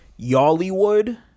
yollywood